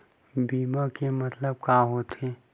बीमा के मतलब का होथे?